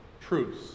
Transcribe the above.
truce